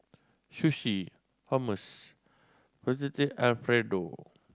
Sushi Hummus Fettuccine Alfredo